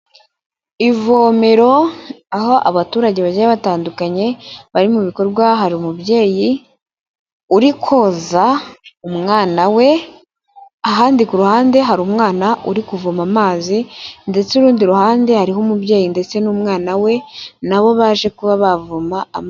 Ivomero aho abaturage bagiye batandukanye bari mu bikorwa, hari umubyeyi uri koza umwana we, ahandi ku ruhande hari umwana uri kuvoma amazi ndetse urundi ruhande hariho umubyeyi ndetse n'umwana we na bo baje kuba bavoma ama...